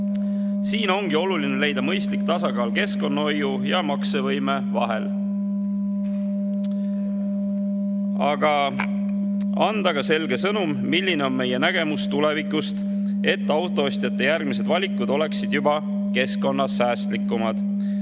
Siin ongi oluline leida mõistlik tasakaal keskkonnahoiu ja maksevõime vahel, aga anda ka selge sõnum, milline on meie nägemus tulevikust, et autoostjate järgmised valikud oleksid juba keskkonnasäästlikumad.